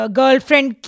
girlfriend